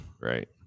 Right